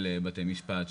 של בתי משפט,